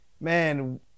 Man